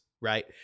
right